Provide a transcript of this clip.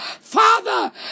Father